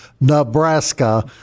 Nebraska